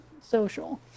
social